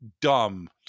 dumb